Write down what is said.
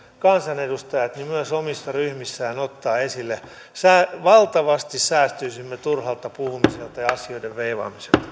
kansanedustajat myös omissa ryhmissään ottavat tämän esille valtavasti säästyisimme turhalta puhumiselta ja asioiden veivaamiselta